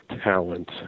talent